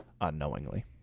unknowingly